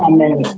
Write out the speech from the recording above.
Amen